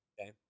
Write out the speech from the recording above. okay